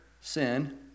sin